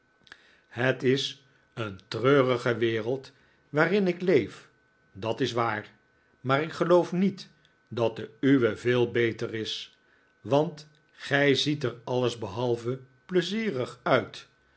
het is een treurige wereld waarin ik leef dat is waar maar ik geloof niet dat de uwe veel beter is want gij ziet er alles behalve pleizierig uit